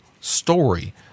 story